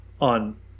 on